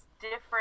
different